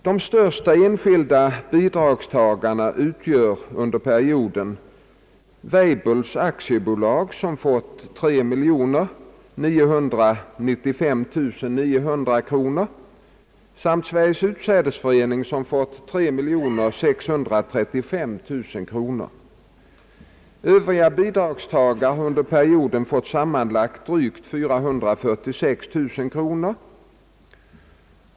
De största enskilda bidragstagarna utgör under perioden W. Weibull AB, som fått 3 995 900 kronor samt Sveriges utsädesförening som fått 3 635 000 kronor. Övriga bidragstagare har under perioden fått sammanlagt drygt 446 000 kronor.